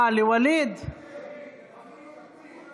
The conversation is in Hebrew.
22 חברי כנסת בעד,